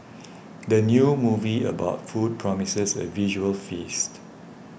the new movie about food promises a visual feast